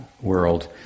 world